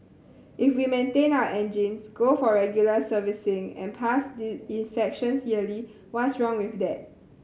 if we maintain our engines go for regular servicing and pass the inspections yearly what's wrong with that